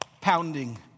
pounding